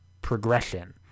progression